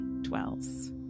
dwells